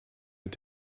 mit